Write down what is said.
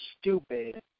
stupid